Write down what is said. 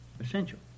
essential